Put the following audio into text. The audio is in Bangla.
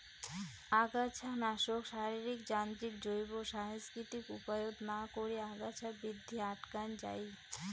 আগাছানাশক, শারীরিক, যান্ত্রিক, জৈব, সাংস্কৃতিক উপায়ত না করি আগাছা বৃদ্ধি আটকান যাই